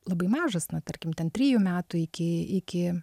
labai mažas na tarkim ten trijų metų iki iki